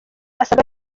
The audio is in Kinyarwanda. asabwa